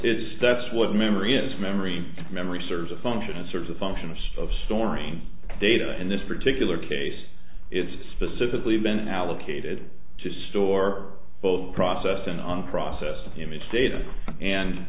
it's that's what memory is memory memory serves a function it serves a function is of storing data in this particular case it's specifically been allocated to store full processing on processed image data and